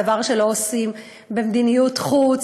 דבר שלא עושים במדיניות חוץ.